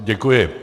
Děkuji.